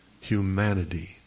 humanity